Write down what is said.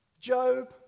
Job